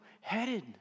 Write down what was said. headed